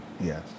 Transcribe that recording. Yes